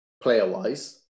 player-wise